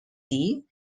dir